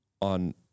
On